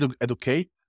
educate